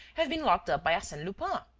have been locked up by arsene lupin?